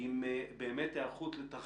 שאם אתה לא עושה אותו ככירורג,